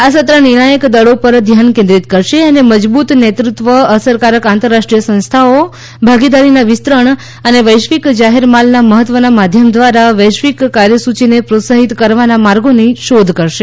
આ સત્ર નિર્ણાયક દળો પર ધ્યાન કેન્દ્રિત કરશે અને મજબૂત નેતૃત્વ અસરકારક આંતરરાષ્ટ્રીય સંસ્થાઓ ભાગીદારીના વિસ્તરણ અને વૈશ્વિક જાહેર માલના મહત્ત્વના માધ્યમ દ્વારા વૈશ્વિક કાર્યસૂચિને પ્રોત્સાહિત કરવાના માર્ગોની શોધ કરશે